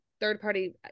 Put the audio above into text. third-party